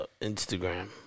Instagram